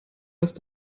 lässt